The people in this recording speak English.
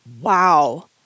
Wow